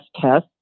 test